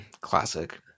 Classic